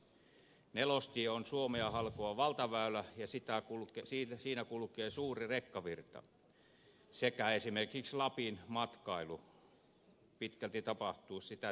nelostie on suomea halkova valtaväylä ja siinä kulkee suuri rekkavirta ja esimerkiksi lapin matkailu pitkälti tapahtuu sitä tietä myöten